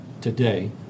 today